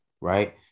right